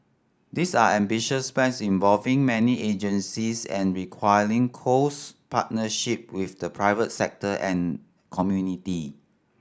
these are ambitious plans involving many agencies and requiring close partnership with the private sector and community